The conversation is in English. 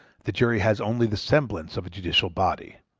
the jury has only the semblance of a judicial body.